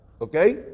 okay